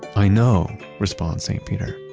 i know, responds saint peter.